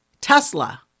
Tesla